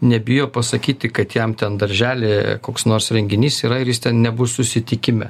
nebijo pasakyti kad jam ten daržely koks nors renginys yra ir jis ten nebus susitikime